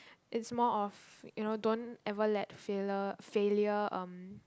it's more of you know don't ever let failure failure um